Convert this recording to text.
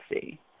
see